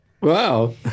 Wow